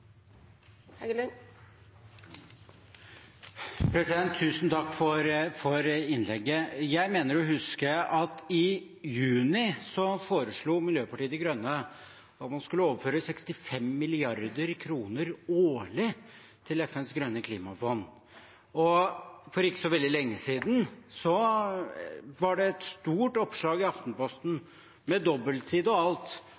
innlegget. Jeg mener å huske at Miljøpartiet De Grønne i juni foreslo at man skulle overføre 65 mrd. kr årlig til FNs grønne klimafond. For ikke så veldig lenge siden var det et stort oppslag i